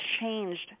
changed